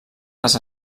les